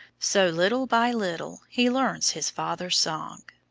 so little by little he learns his father's song.